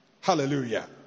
Hallelujah